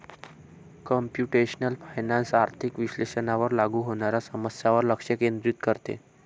computational finance आर्थिक विश्लेषणावर लागू होणाऱ्या समस्यांवर लक्ष केंद्रित करते